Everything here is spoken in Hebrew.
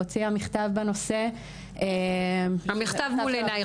הוציאה מכתב בנושא --- המכתב מול עיניי.